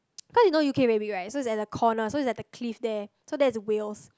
cause you know U_K very big right so is at the corner so is at the cliff there so that's Wales